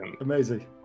Amazing